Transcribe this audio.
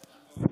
כחול?